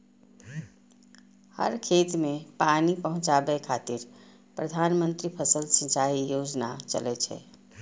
हर खेत कें पानि पहुंचाबै खातिर प्रधानमंत्री फसल सिंचाइ योजना चलै छै